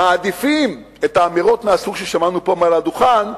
מעדיפים את האמירות מהסוג ששמענו פה מעל הדוכן,